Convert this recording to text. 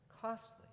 costly